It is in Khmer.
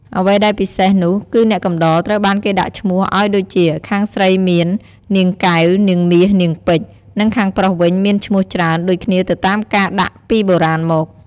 អ្វីដែលពិសេសនោះ គឺអ្នកកំដរត្រូវបានគេដាក់ឈ្មោះឱ្យដូចជាខាងស្រីមាន នាងកែវ នាងមាស នាងពេជ្យ និងខាងប្រុសវិញមានឈ្មោះច្រើនដូចគ្នាទៅតាមការដាក់ពីបុរាណមក។